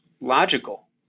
logical